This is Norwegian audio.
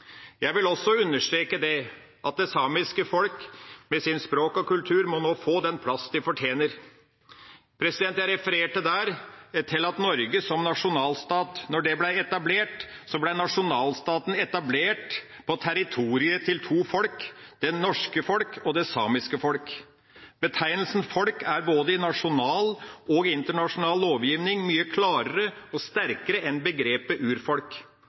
Jeg vil også understreke at det samiske folk, med sitt språk og sin kultur, nå må få den plass de fortjener. Jeg refererte der til at Norge som nasjonalstat ble etablert på territoriet til to folk – det norske folk og det samiske folk. Betegnelsen «folk» er både i nasjonal og i internasjonal lovgiving mye klarere og sterkere enn begrepet